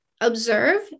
observe